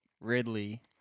Ridley